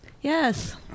Yes